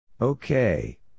Okay